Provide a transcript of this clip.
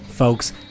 Folks